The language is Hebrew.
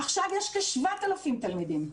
עכשיו יש כ-7,000 תלמידים.